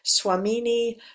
Swamini